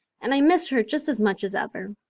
and i miss her just as much as ever.